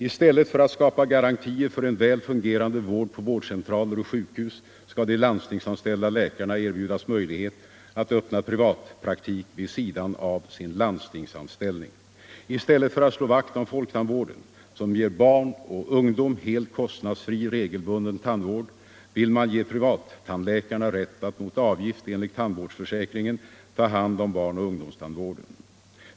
I stället för att skapa garantier för en väl fungerande vård på vårdcentraler och sjukhus skall man erbjuda de landstingsanställda läkarna möjlighet att öppna privatpraktik vid sidan av sin landstingsanställning. I stället för att slå vakt om folktandvården — som ger barn och ungdom helt kostnadsfri regelbunden tandvård — vill man ge privattandläkarna rätt att mot avgifter enligt tandvårdsförsäkringen ta hand om barnoch ungdomstandvården.